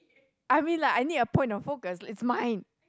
I mean like I need a point of focus it's mine